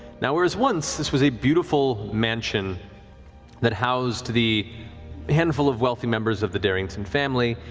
now whereas once this was a beautiful mansion that housed the handful of wealthy members of the darrington family,